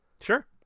Sure